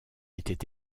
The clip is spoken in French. était